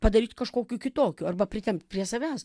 padaryti kažkokiu kitokiu arba pritempti prie savęs